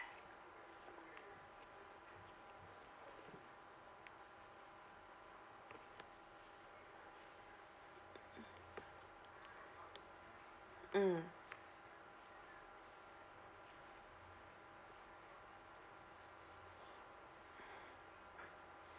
mm